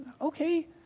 okay